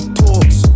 talks